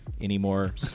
anymore